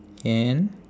can